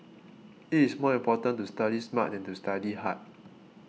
it is more important to study smart than to study hard